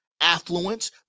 affluence